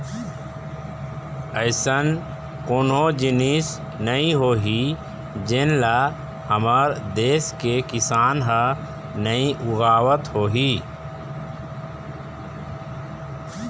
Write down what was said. अइसन कोनो जिनिस नइ होही जेन ल हमर देस के किसान ह नइ उगावत होही